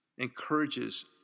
encourages